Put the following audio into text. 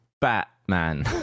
Batman